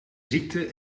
ziekte